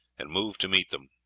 and moved to meet them.